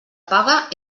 paga